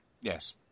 yes